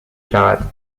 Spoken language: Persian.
شود